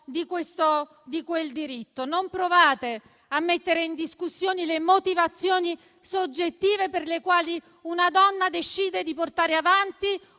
di quel diritto. Non provate a mettere in discussione le motivazioni soggettive per le quali una donna decide di portare avanti